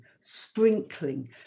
sprinkling